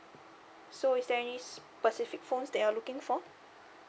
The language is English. so is there any specific phones that you are looking for